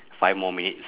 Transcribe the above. five more minutes